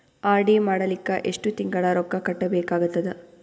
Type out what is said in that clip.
RD ಮಾಡಲಿಕ್ಕ ಎಷ್ಟು ತಿಂಗಳ ರೊಕ್ಕ ಕಟ್ಟಬೇಕಾಗತದ?